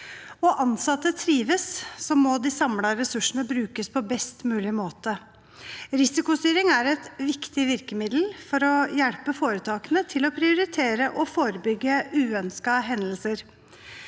og ansatte trives, må de samlede ressursene brukes på best mulig måte. Risikostyring er et viktig virkemiddel for å hjelpe foretakene til å prioritere det å forebygge uønskede hendelser.